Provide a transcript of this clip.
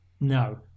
no